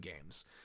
games